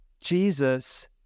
Jesus